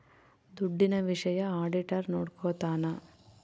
ದುಡ್ಡಿನ ವಿಷಯ ಆಡಿಟರ್ ನೋಡ್ಕೊತನ